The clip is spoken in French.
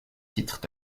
titres